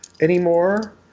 anymore